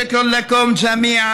(אומר דברים בשפה הערבית,